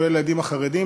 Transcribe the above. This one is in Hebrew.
כולל הילדים החרדים,